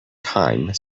time